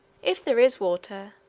if there is water,